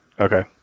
Okay